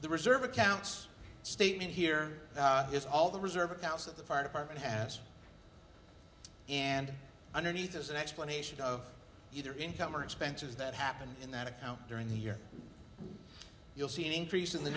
the reserve accounts statement here is all the reserve accounts that the fire department has and underneath as an explanation of either income or expenses that happened in that account during the year you'll see an increase in the